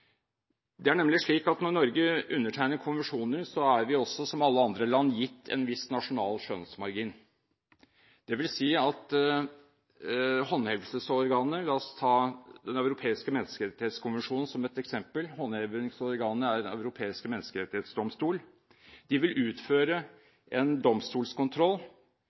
Det er nemlig slik at når Norge undertegner konvensjoner, er vi også, som alle andre land, gitt en viss nasjonal skjønnsmargin. Det vil si at håndhevelsesorganer – la oss ta Den europeiske menneskerettighetskonvensjonen som et eksempel, håndhevingsorganet er Den europeiske menneskerettighetsdomstolen – vil utøve en domstolskontroll,